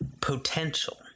potential